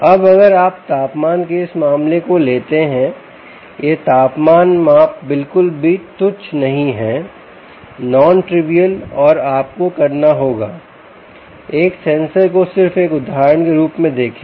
अब अगर आप तापमान के इस मामले को लेते हैं यह तापमान माप बिल्कुल भी तुच्छ नहीं है nontrivial और आपको करना होगा एक सेंसर को सिर्फ एक उदाहरण के रूप में देखें